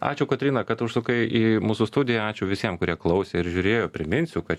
ačiū kotryna kad užsukai į mūsų studiją ačiū visiem kurie klausė ir žiūrėjo priminsiu kad